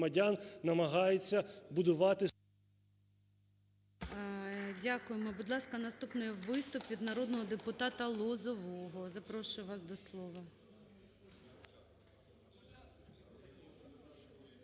Дякуємо. Будь ласка, наступний виступ від народного депутата Лозового. Запрошую вас до слова.